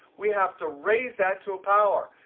we have to raise that to a power.